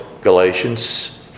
Galatians